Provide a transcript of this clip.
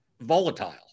volatile